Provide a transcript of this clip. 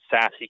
Sassy